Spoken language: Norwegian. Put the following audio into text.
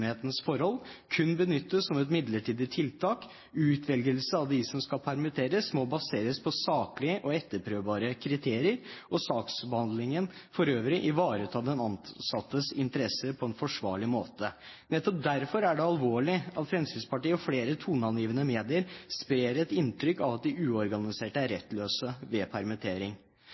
forhold, det må kun benyttes som et midlertidig tiltak, utvelgelsen av de som skal permitteres, må baseres på saklige og etterprøvbare kriterier og saksbehandlingen for øvrig ivareta den ansattes interesser på en forsvarlig måte. Nettopp derfor er det alvorlig at Fremskrittspartiet og flere toneangivende medier sprer et inntrykk av at de uorganiserte er rettsløse ved permittering.